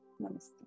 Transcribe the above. Namaste